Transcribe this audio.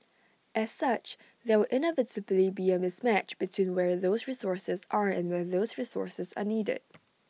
as such there will inevitably be A mismatch between where those resources are and where those resources are needed